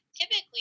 typically